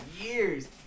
years